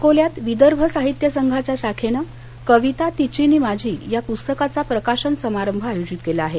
अकोल्यात विदर्भ साहित्य संघाच्या शाखेनं कविता तिची नि माझी या पुस्तकाचा प्रकाशन समारंभ आयोजित केला आहे